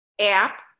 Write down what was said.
app